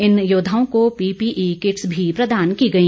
इन योद्वाओं को PPE kits भी प्रदान की गई